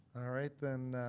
all right then